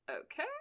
Okay